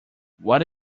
what